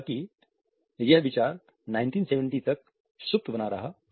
हालाँकि यह विचार 1970 तक सुप्त बना रहा